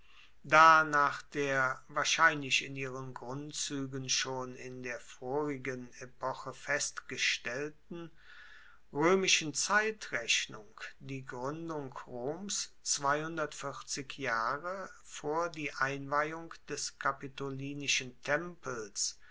da nach der wahrscheinlich in ihren grundzuegen schon in der vorigen epoche festgestellten roemischen zeitrechnung die gruendung roms jahre vor die einweihung des kapitolinischen tempels